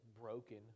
broken